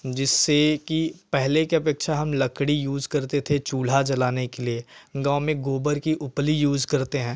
जिससे कि पहले के अपेक्षा हम लकड़ी यूज़ करते थे चूल्हा जलाने के लिए गाँव में गोबर की उपली यूज़ करते हैं